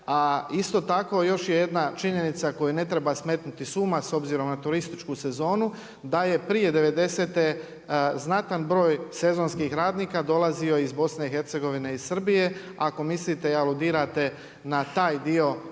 isto tako, još je jedna činjenica koju ne treba smetnuti s uma, s obzirom na turističku sezonu, da je prije 90' znatan broj sezonskih radnika dolazio iz BIH i Srbije, ako mislite i aludirate na taj dio ljudi koji